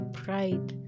pride